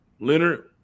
Leonard